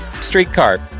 streetcar